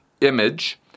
image